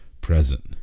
present